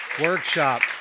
workshop